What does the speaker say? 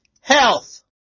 Health